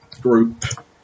group